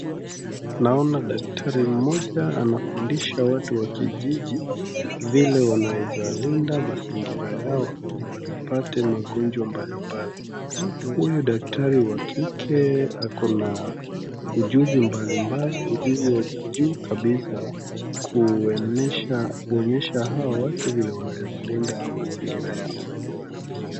Nona daktari mmoja anafunzwa watu wa kijiji jinsi wanaeza linda mazingira yao ili wasipate magonjwa mbali mbali. Huyu daktari wa kike akona ujuzi mbali mbali, ujuzi wa juu kabisa kuonyesha hao watu vile wanaeza linda mazingira yao.